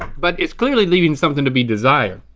but it's clearly leaving something to be desired.